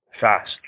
fast